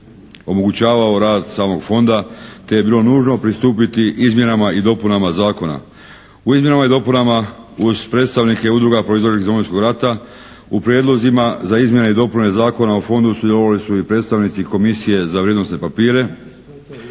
omogućavao rad samog Fonda te je bilo nužno pristupiti izmjenama i dopunama zakona. U izmjenama i dopunama uz predstavnike udruge proizašlih iz Domovinskog rata u prijedlozima za izmjene i dopune Zakona o Fondu sudjelovali su i predstavnici Komisije za vrijednosne papire,